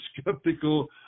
skeptical